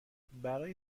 برای